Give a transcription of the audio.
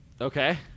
Okay